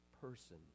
person